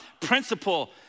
principle